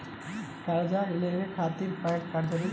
कर्जा लेवे खातिर पैन कार्ड जरूरी बा?